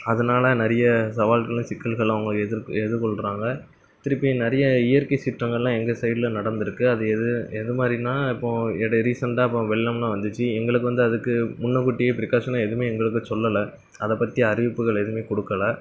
அதனால நிறைய சவால்களும் சிக்கல்களும் அவங்க எதிர் எதிர்கொள்கிறாங்க திருப்பி நிறைய இயற்கை சீற்றங்கள்லாம் எங்கள் சைடில் நடந்திருக்குது அது எது எதுமாதிரின்னா இப்போது எடை ரீசெண்டாக இப்போது வெள்ளம்னு வந்துச்சு எங்களுக்கு வந்து அதுக்கு முன்னக்கூட்டியே ப்ரிகாஷன்னு எதுவுமே எங்களுக்கு சொல்லலை அதைப் பற்றி அறிவிப்புகள் எதுவுமே கொடுக்கல